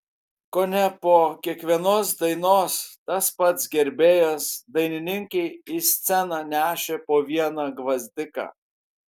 kone po kiekvienos dainos tas pats gerbėjas dainininkei į sceną nešė po vieną gvazdiką